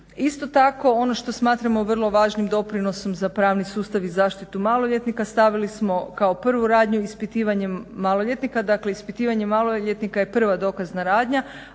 Isto tako ono što smatramo vrlo važnim doprinosom za pravni sustav i zaštitu maloljetnika, stavili smo kao prvu radnju ispitivanje maloljetnika, dakle ispitivanje maloljetnika je prva dokazna radnja,